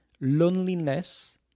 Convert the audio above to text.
loneliness